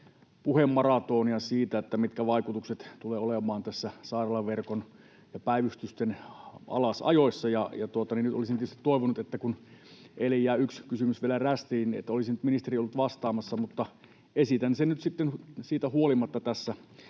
puhemaratonia siitä, mitkä vaikutukset tulevat olemaan tässä sairaalaverkon ja päivystysten alasajossa, ja olisin tietysti toivonut, kun eilen jäi yksi kysymys vielä rästiin, että olisi nyt ministeri ollut vastaamassa, mutta esitän sen nyt sitten siitä huolimatta tässä.